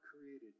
created